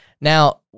Now